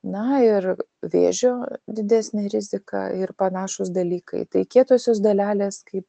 na ir vėžio didesnė rizika ir panašūs dalykai tai kietosios dalelės kaip